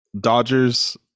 Dodgers